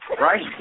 right